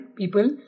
people